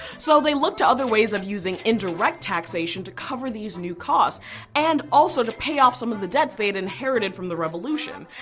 so they looked to other ways of using indirect taxation to cover these new costs and also to pay off some of the debts they had inherited from the revolution.